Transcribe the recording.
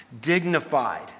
dignified